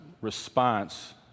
response